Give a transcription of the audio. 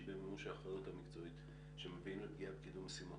במימוש האחריות המקצועית שמביאים לפגיעה בקידום משימות.